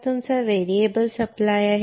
हा तुमचा variable supply आहे